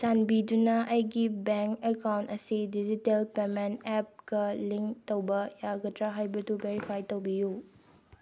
ꯆꯥꯟꯕꯤꯗꯨꯅ ꯑꯩꯒꯤ bank account ꯑꯁꯤ ꯗꯤꯖꯤꯇꯦꯜ ꯄꯦꯃꯦꯟ ꯑꯦꯞꯀ ꯂꯤꯡ ꯇꯧꯕ ꯌꯥꯒꯗ꯭ꯔꯥ ꯍꯥꯏꯕꯗꯨ ꯕꯦꯔꯤꯐꯥꯏ ꯇꯧꯕꯤꯌꯨ